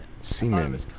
Semen